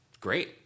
great